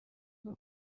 bwo